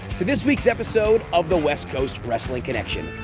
to this weeks episode of the west coast wrestling connection.